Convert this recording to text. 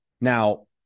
Now